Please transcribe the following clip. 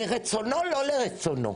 לרצונו או לא לרצונו.